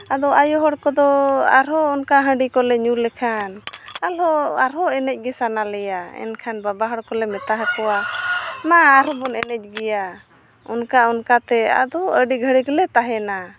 ᱟᱫᱚ ᱟᱭᱳ ᱦᱚᱲ ᱠᱚᱫᱚ ᱟᱨᱦᱚᱸ ᱚᱱᱠᱟ ᱦᱟᱺᱰᱤ ᱠᱚᱞᱮ ᱧᱩ ᱞᱮᱠᱷᱟᱱ ᱟᱞᱚ ᱟᱨᱦᱚᱸ ᱮᱱᱮᱡ ᱜᱮ ᱥᱟᱱᱟ ᱞᱮᱭᱟ ᱮᱱᱠᱷᱟᱱ ᱵᱟᱵᱟ ᱦᱚᱲ ᱠᱚᱞᱮ ᱢᱮᱛᱟ ᱟᱠᱚᱣᱟ ᱢᱟ ᱟᱨᱦᱚᱸ ᱵᱚᱱ ᱮᱱᱮᱡ ᱜᱮᱭᱟ ᱚᱱᱠᱟ ᱚᱱᱠᱟᱛᱮ ᱟᱫᱚ ᱟᱹᱰᱤ ᱜᱷᱟᱲᱤᱠ ᱞᱮ ᱛᱟᱦᱮᱱᱟ